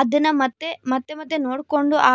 ಅದನ್ನು ಮತ್ತೆ ಮತ್ತೆ ಮತ್ತೆ ನೋಡಿಕೊಂಡು ಆ